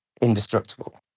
indestructible